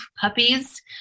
puppies